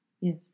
Yes